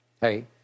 Hey